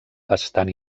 bastant